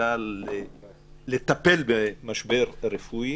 שמחליטה לטפל במשבר הרפואי